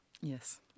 Yes